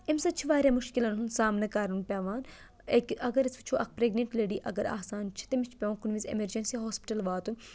اَمہِ سۭتۍ چھِ واریاہ مُشکِلَن ہُنٛد سامنہٕ کَرُن پٮ۪وان ایٚکہِ اَگر أسۍ وٕچھو اَکھ پرٛٮ۪گنِٹ لیڈی اَگر آسان چھِ تٔمِس چھِ پٮ۪وان کُنہِ وِزِ اٮ۪مٮ۪رجَنسی ہاسپِٹَل واتُن